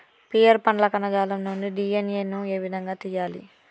Pear పండ్ల కణజాలం నుండి డి.ఎన్.ఎ ను ఏ విధంగా తియ్యాలి?